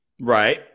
right